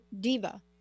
Diva